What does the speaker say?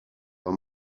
pas